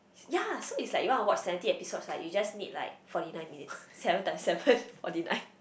ya so it's like you want to watch seventy episodes like you just need like forty nine minutes seven times seven forty nine